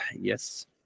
Yes